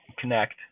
connect